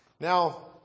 Now